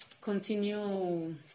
continue